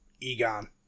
Egon